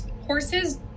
horses